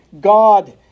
God